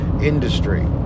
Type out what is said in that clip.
industry